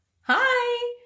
Hi